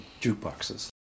jukeboxes